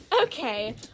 Okay